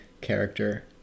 character